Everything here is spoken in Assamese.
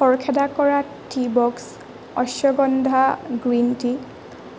খৰখেদা কৰা টিবক্স অশ্বগন্ধা গ্ৰীণ টি